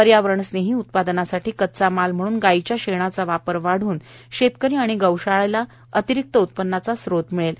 पर्यावरण स्नेही उत्पादनासाठी कच्चा माल म्हणून गायीच्या शेणाचा वापर वाढून शेतकरी आणि गौशाला यांना अतिरिक्त उत्पन्नाचा स्त्रोत मिळणार आहे